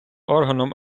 органом